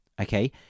Okay